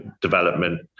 development